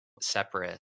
separate